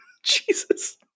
Jesus